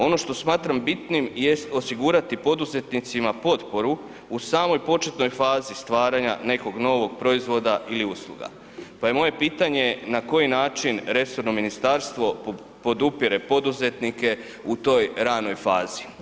Ono što smatram bitnim jest osigurati poduzetnicima potporu u samoj početnoj fazi stvaranja nekog novog proizvoda ili usluga pa je moje pitanje na koji način resorno ministarstvo podupire poduzetnike u toj ranoj fazi?